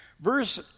Verse